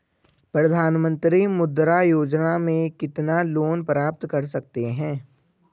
प्रधानमंत्री मुद्रा योजना में कितना लोंन प्राप्त कर सकते हैं?